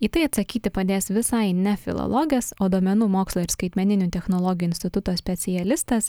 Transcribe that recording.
į tai atsakyti padės visai ne filologas o duomenų mokslo ir skaitmeninių technologijų instituto specialistas